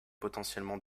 potentiellement